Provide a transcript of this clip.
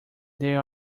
there